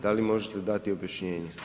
Da li možete dati objašnjenje?